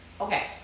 okay